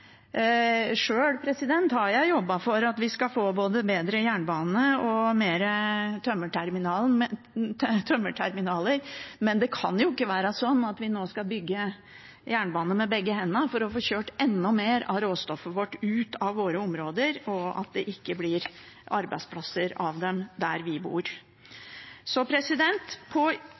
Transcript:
Sjøl har jeg jobbet for at vi skal få både bedre jernbane og flere tømmerterminaler, men det kan jo ikke være slik at vi nå skal bygge jernbane med begge hendene for å få kjørt enda mer av råstoffet vårt ut av våre områder, og at det ikke blir arbeidsplasser av det der vi bor.